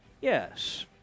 Yes